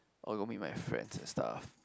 or go meet my friends and stuff